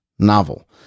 novel